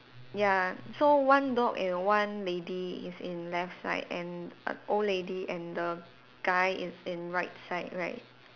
ya so one dog and one lady is in left side and err old lady and the guy is in right side right